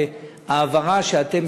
העברה שאתם,